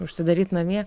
užsidaryt namie